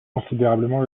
considérablement